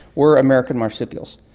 were american marsupials.